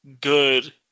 good